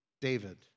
David